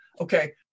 Okay